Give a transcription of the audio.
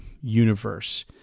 universe